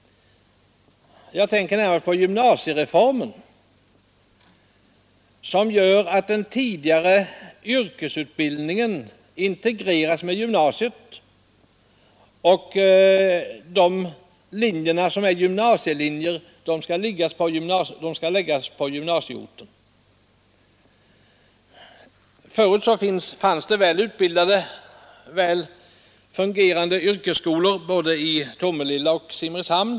Jag tänker närmast på gymnasiereformen, som gör att den tidigare yrkesutbildningen integreras med gymnasiet, och de linjer som är gymnasielinjer skall läggas på gymnasieorter. Tidigare fanns det väl fungerande yrkesskolor både i Tomelilla och i Simrishamn.